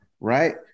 right